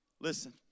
Listen